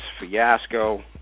fiasco